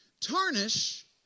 tarnish